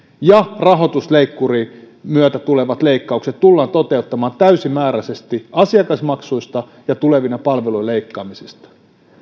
ja rahoitusleikkurin myötä tulevat leikkaukset tullaan toteuttamaan täysimääräisesti asiakasmaksuissa ja tulevina palvelujen leikkaamisina